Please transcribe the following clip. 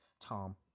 Tom